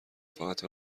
فقط